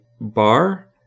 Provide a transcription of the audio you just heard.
bar